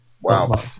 Wow